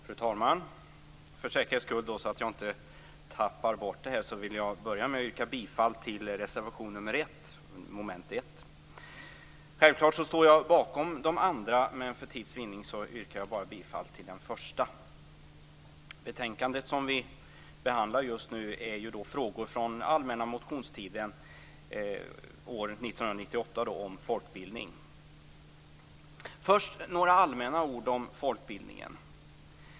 Fru talman! För säkerhets skull, så att jag inte tappar bort det, vill jag börja med att yrka bifall till reservation 1 under mom. 1. Självklart står jag bakom de andra reservationerna, men för tids vinning yrkar jag bifall bara till den första. Betänkandet som vi behandlar just nu är frågor från allmänna motionstiden år 1998 om folkbildning. Först några allmänna ord om folkbildningen.